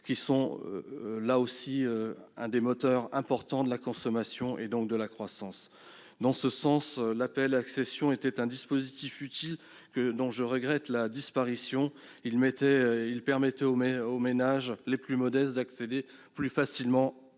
ils sont un des moteurs importants de la consommation et donc de la croissance. Dans ce sens, l'APL accession était un dispositif utile dont je regrette la disparition. Il permettait aux ménages les plus modestes d'accéder plus facilement